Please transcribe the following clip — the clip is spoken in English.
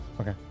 Okay